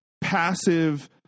passive